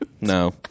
No